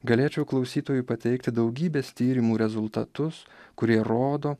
galėčiau klausytojui pateikti daugybės tyrimų rezultatus kurie rodo